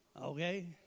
okay